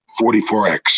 44x